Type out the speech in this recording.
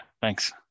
thanks